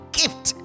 gift